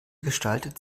gestaltet